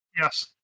Yes